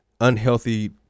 unhealthy